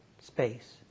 space